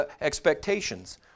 expectations